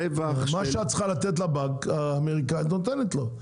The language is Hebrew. מה שאת צריכה לתת לבנק האמריקאי את נותנת לו.